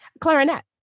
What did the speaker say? Clarinet